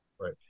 right